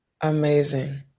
Amazing